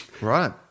Right